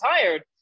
tired